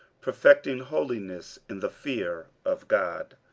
perfecting holiness in the fear of god.